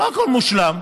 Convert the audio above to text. לא הכול מושלם,